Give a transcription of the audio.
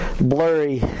blurry